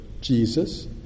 Jesus